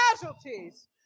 casualties